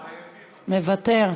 מוותר,